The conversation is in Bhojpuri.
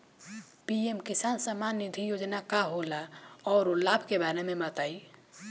पी.एम किसान सम्मान निधि योजना का होला औरो लाभ के बारे में बताई?